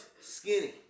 skinny